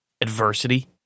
adversity